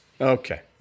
Okay